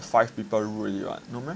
five people rule already [what] no meh